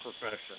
profession